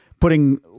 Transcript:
putting